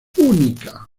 única